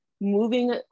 moving